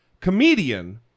comedian